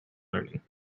learning